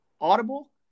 audible